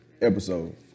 episode